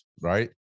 right